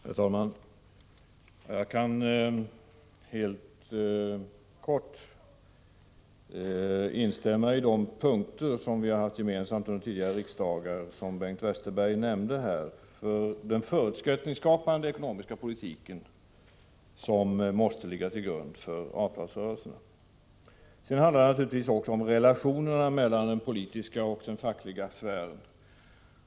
Herr talman! Jag kan helt kort instämma i de punkter som vi har haft gemensamt under tidigare riksdagar och som Bengt Westerberg nämnde här. Det är den förutsättningsskapande ekonomiska politiken som måste ligga till grund för avtalsrörelserna. Sedan handlar det naturligtvis också om relationerna mellan den politiska och den fackliga sfären.